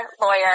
lawyer